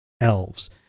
elves